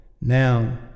Now